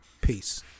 Peace